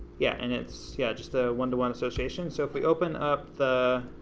yeah, and it's yeah just a one to one association so if we open up the